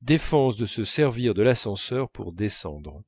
défense de se servir de l'ascenseur pour descendre